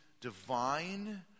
divine